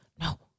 No